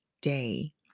day